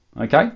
Okay